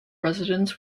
residents